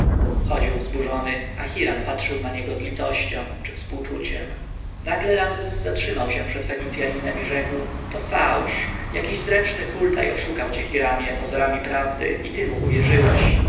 chodził wzburzony a hiram patrzył na niego z litością czy współczuciem nagle ramzes zatrzymał się przed fenicjaninem i rzekł to fałsz jakiś zręczny hultaj oszukał cię hiramie pozorami prawdy i ty mu uwierzyłeś